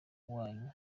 wanyu